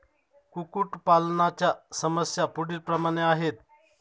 कुक्कुटपालनाच्या समस्या पुढीलप्रमाणे आहेत